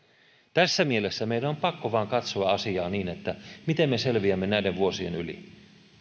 tässä mielessä meidän on pakko vain katsoa asiaa niin miten me selviämme näiden vuosien yli